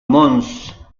mons